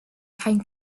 time